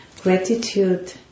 gratitude